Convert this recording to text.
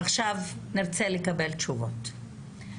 עכשיו נרצה לקבל תשובות.